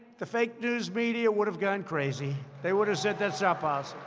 the fake-news media would have gone crazy. they would have said that's ah